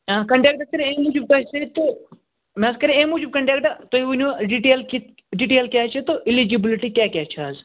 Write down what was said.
contact کَرے امہِ موٗجوٗب تۄہہِ سۭتۍ تہٕ مےٚ حظ کَراے امہِ موٗجوٗب کنٛٹٮ۪کٹ تۄہہِ ؤنِو ڈِٹیل کہِ ڈِٹیل کیٛاہ چھ تہٕ اِلِجبٕلٹی کیٛاہ کیٛاہ چھِ اَتھ